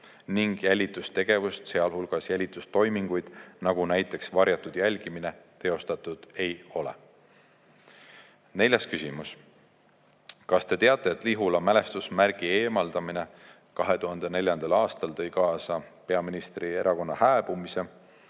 ning jälitustegevust, sealhulgas jälitustoiminguid, näiteks varjatud jälgimine, teostatud ei ole. Neljas küsimus: "Kas te teate, et Lihula mälestusmärgi eemaldamine 2004. aastal tõi kaasa peaministrierakonna hääbumise,